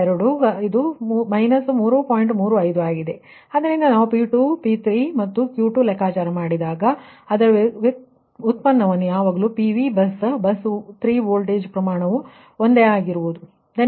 ಆದ್ದರಿಂದ ನಾವು P2 P3ಮತ್ತು Q2 ಲೆಕ್ಕಾಚಾರ ಮಾಡಿದಾಗ ಮತ್ತು ಅದರ ವ್ಯುತ್ಪನ್ನವು ಯಾವಾಗಲೂ PV ಬಸ್ ಬಸ್ 3 ವೋಲ್ಟೇಜ್ ಪ್ರಮಾಣವು 1 ಆಗಿರುವುದು